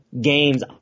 games